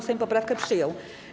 Sejm poprawkę przyjął.